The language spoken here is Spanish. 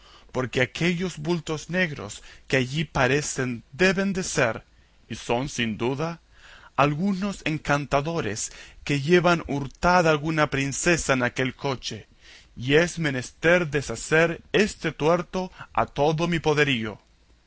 porque aquellos bultos negros que allí parecen deben de ser y son sin duda algunos encantadores que llevan hurtada alguna princesa en aquel coche y es menester deshacer este tuerto a todo mi poderío